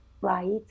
right